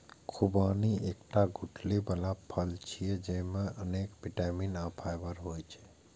खुबानी एकटा गुठली बला फल छियै, जेइमे अनेक बिटामिन आ फाइबर होइ छै